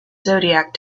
zodiac